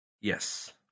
Yes